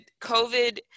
covid